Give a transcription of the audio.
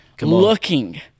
looking